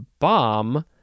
bomb